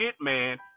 man